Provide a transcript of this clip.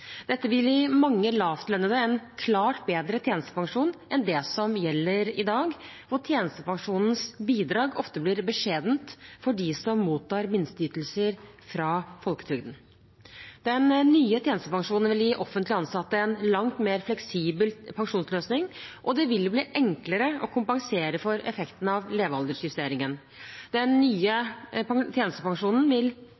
Dette vil gi mange lavtlønnede en klart bedre tjenestepensjon enn det som gjelder i dag, hvor tjenestepensjonens bidrag ofte blir beskjedent for dem som mottar minsteytelser fra folketrygden. Den nye tjenestepensjonen vil gi offentlig ansatte en langt mer fleksibel pensjonsløsning, og det vil bli enklere å kompensere for effekten av levealdersjusteringen. Den nye